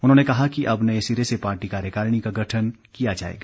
उन्होंने कहा कि अब नये सिरे से पार्टी कार्यकारिणी का गठन किया जाएगा